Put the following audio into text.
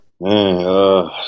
Man